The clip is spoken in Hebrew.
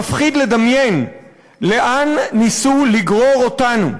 מפחיד לדמיין לאן ניסו לגרור אותנו,